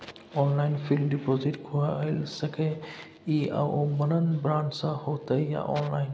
Online fixed deposit खुईल सके इ आ ओ बन्द ब्रांच स होतै या ऑनलाइन?